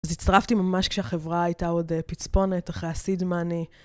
אז הצטרפתי ממש כשהחברה הייתה עוד פצפונת אחרי ה-seed money.